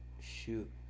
Shoot